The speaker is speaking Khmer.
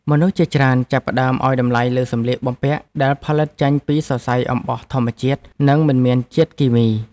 មនុស្សជាច្រើនចាប់ផ្តើមឱ្យតម្លៃលើសម្លៀកបំពាក់ដែលផលិតចេញពីសរសៃអំបោះធម្មជាតិនិងមិនមានជាតិគីមី។